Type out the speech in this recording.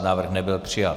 Návrh nebyl přijat.